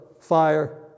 fire